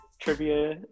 trivia